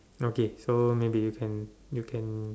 okay so maybe you can you can